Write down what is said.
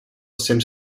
jsem